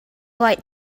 right